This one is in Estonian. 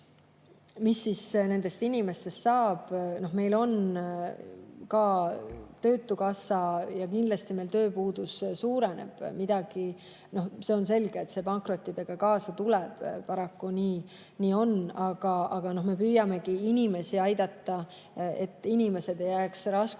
Mis siis nendest inimestest saab? Meil on töötukassa. Kindlasti meil tööpuudus suureneb, see on selge, et see pankrottidega kaasa tuleb, paraku nii on. Aga me püüamegi inimesi aidata, et inimesed ei jääks raskustesse,